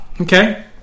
Okay